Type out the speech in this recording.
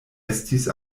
estis